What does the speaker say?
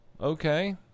Okay